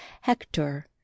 Hector